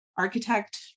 Architect